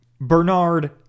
Bernard